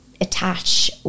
attach